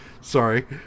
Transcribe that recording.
Sorry